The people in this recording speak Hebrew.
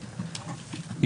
כן, כל מונופול הידע אצלך.